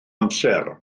amser